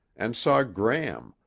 and saw gram,